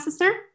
processor